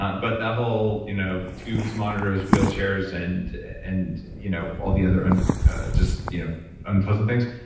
ah but that whole you know tubes, monitors, wheelchairs and and you know all the other and just you know unpleasant things,